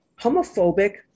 homophobic